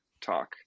talk